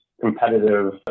competitive